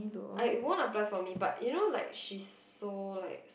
I it won't apply for me but you know like she's so like